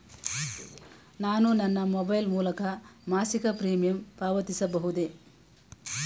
ನಾನು ನನ್ನ ಮೊಬೈಲ್ ಮೂಲಕ ಮಾಸಿಕ ಪ್ರೀಮಿಯಂ ಪಾವತಿಸಬಹುದೇ?